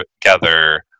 together